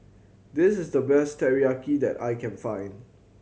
this is the best Teriyaki that I can find